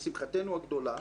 לשמחתנו הגדולה,